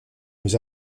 was